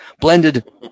Blended